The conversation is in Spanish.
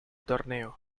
torneo